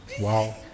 Wow